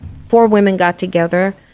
four-women-got-together